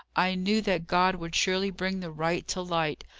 i knew that god would surely bring the right to light!